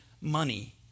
money